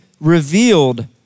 revealed